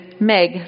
Meg